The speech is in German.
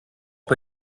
bei